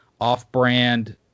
off-brand